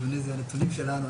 אדוני, זה הנתונים שלנו.